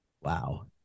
Wow